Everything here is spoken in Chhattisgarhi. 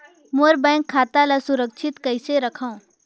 मोर बैंक खाता ला सुरक्षित कइसे रखव?